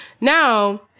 Now